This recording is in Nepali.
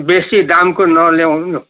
बेसी दामको नल्याउनु